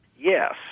Yes